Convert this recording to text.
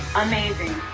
amazing